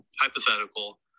hypothetical